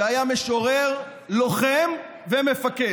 שהיה משורר, לוחם ומפקד,